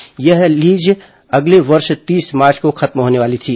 पहले यह लीज अगले वर्ष तीस मार्च को खत्म होने वाली थी